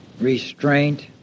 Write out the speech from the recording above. restraint